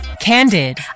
Candid